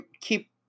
keep